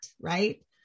right